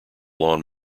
lawn